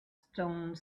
stone